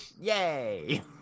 Yay